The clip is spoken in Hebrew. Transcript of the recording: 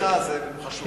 כל תמיכה זה חשוב.